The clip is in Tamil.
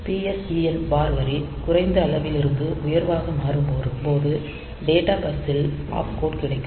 PSEN பார் வரி குறைந்த அளவிலிருந்து உயர்வாக மாறும் போது டேட்டா பஸ்ஸில் ஆப்கோட் கிடைக்கும்